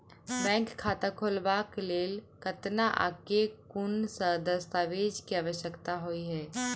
Bank खाता खोलबाबै केँ लेल केतना आ केँ कुन सा दस्तावेज केँ आवश्यकता होइ है?